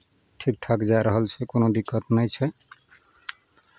ठीक ठाक जा रहल छै कोनो दिक्कत नहि छै